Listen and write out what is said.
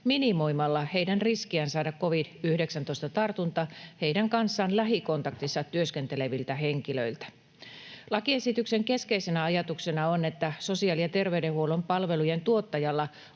minimoimalla heidän riskiään saada covid-19-tartunta heidän kanssaan lähikontaktissa työskenteleviltä henkilöiltä. Lakiesityksen keskeisenä ajatuksena on, että sosiaali‑ ja terveydenhuollon palvelujen tuottajalla